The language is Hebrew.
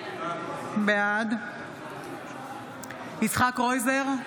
בעד יצחק קרויזר,